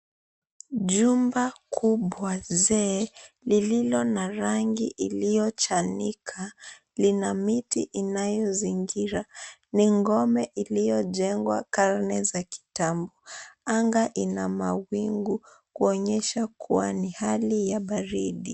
Jumba kubwa zee, lililo na rangi iliyochanika, lina miti inayozingira. Ni ngome iliyojengwa karne za kitambo. Anga ina mawingu kuonyesha kuwa ni hali ya baridi.